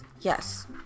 yes